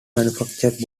manufactured